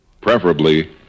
preferably